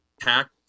pack